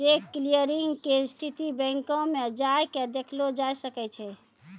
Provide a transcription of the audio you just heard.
cheque clearing के स्थिति बैंको मे जाय के देखलो जाय सकै छै